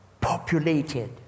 populated